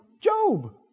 Job